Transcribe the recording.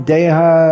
Deha